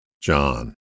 John